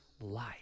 life